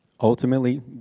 Ultimately